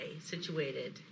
situated